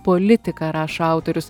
politika rašo autorius